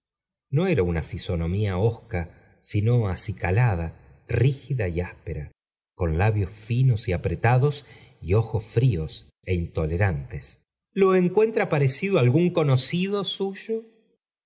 no era una fisonomía hosca sino acicalada rígida y áspera con labios finos y apretados y ojos fríos é intolerantes lo encuentra parecido á algún conocido suyo